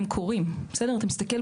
גל מרשות החשמל, אתה רוצה לומר את הנתון